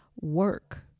work